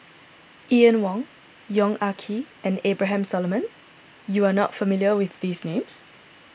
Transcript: Ian Woo Yong Ah Kee and Abraham Solomon you are not familiar with these names